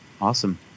Awesome